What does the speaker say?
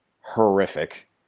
horrific